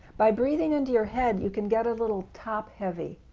by breathing into your head you can get a little top-heavy,